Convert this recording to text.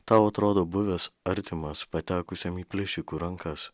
tau atrodo buvęs artimas patekusiam į plėšikų rankas